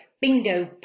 bingo